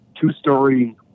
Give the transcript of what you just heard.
two-story